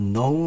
no